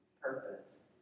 purpose